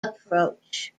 approach